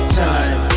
time